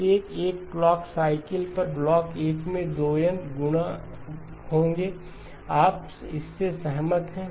प्रत्येक 1 clock cycle पर block 1 मे 2N गुणक होंगे आप इससे सहमत हैं